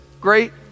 great